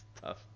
tough